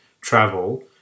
travel